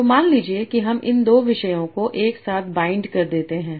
तो मान लीजिए कि हम इन 2 विषयों को एक साथ बाइंड कर देते हैं